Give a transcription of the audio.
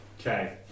Okay